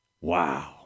Wow